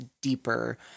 deeper